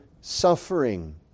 suffering